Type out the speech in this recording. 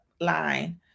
line